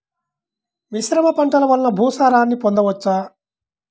మిశ్రమ పంటలు వలన భూసారాన్ని పొందవచ్చా?